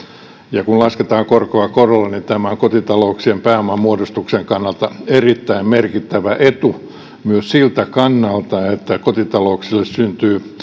ja kun lasketaan korkoa korolle niin tämä on kotitalouksien pääomanmuodostuksen kannalta erittäin merkittävä etu myös siltä kannalta että kotitalouksille syntyy